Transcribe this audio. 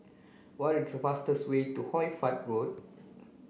what is the fastest way to Hoy Fatt Road